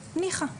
ניחא,